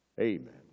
Amen